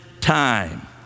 time